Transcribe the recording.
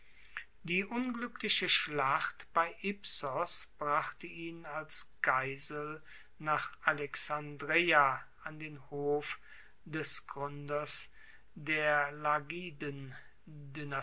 die unglueckliche schlacht bei ipsos brachte ihn als geisel nach alexandreia an den hof des gruenders der